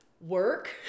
work